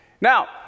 Now